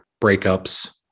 breakups